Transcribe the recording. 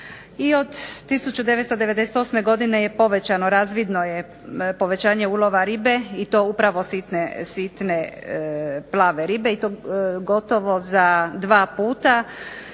I od 1998. godine razvidno je povećanje ulova ribe i to upravo sitne plave ribe i to za dva puta